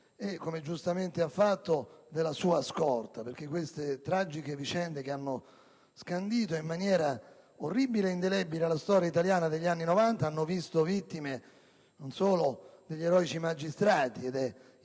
e, come giustamente ha fatto, della sua scorta. Infatti, queste tragiche vicende, che hanno scandito in modo orribile e indelebile la storia italiana degli anni '90, hanno visto vittime non solo negli eroici magistrati - ed è